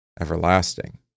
everlasting